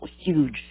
huge